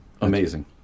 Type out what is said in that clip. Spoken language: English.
Amazing